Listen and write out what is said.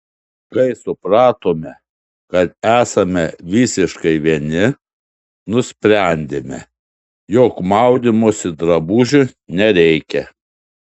kai supratome kad esame visiškai vieni nusprendėme jog maudymosi drabužių nereikia